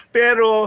pero